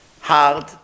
hard